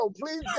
Please